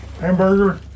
hamburger